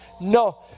No